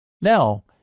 Now